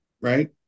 Right